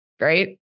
right